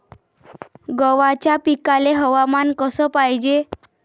गव्हाच्या पिकाले हवामान कस पायजे?